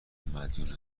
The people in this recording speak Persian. مدیون